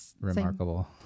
remarkable